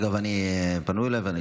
אגב, פנו אליי, ואני